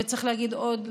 וצריך להגיד עוד,